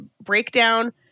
breakdown